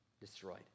destroyed